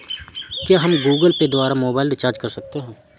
क्या हम Google Pay द्वारा मोबाइल रिचार्ज कर सकते हैं?